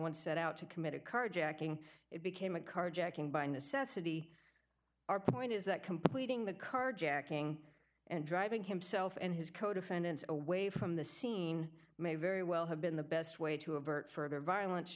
one set out to commit a carjacking it became a carjacking by necessity our point is that completing the carjacking and driving himself and his co defendants away from the scene may very well have been the best way to avert for violence